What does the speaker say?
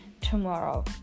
tomorrow